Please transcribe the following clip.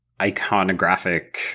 iconographic